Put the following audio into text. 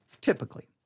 typically